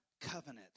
covenant